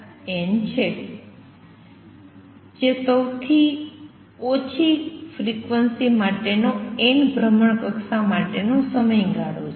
જે સૌથી ઓછી ફ્રિક્વન્સી માટેનો n ભ્રમણકક્ષા માટેનો સમયગાળો છે